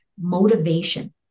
motivation